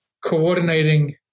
coordinating